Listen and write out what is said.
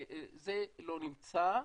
זה לא נמצא,